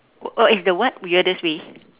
oh is the what weirdest way